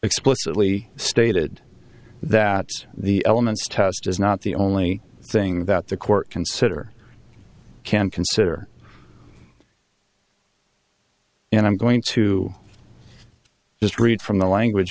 explicitly stated that the elements test is not the only thing that the court consider can consider and i'm going to just read from the language